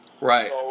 Right